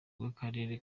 bw’akarere